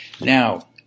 Now